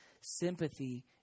Sympathy